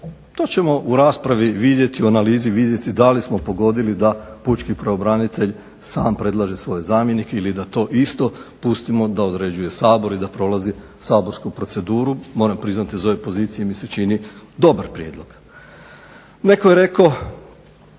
To ćemo u raspravi i analizi vidjeti da li smo pogodili da pučkog pravobranitelj sam predlaže svoje zamjenike ili da to isto pustimo da određuje SAbor i da prolazi saborsku proceduru. Moram priznati iz ove pozicije mi se čini dobar prijedlog. Netko je rekao